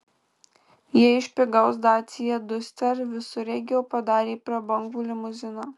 jie iš pigaus dacia duster visureigio padarė prabangų limuziną